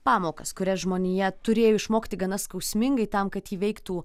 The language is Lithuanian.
pamokas kurias žmonija turėjo išmokti gana skausmingai tam kad įveiktų